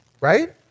Right